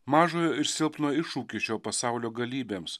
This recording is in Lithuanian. mažojo ir silpno iššūkį šio pasaulio galybėms